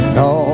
no